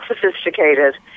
sophisticated